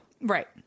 Right